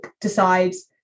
decides